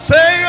Say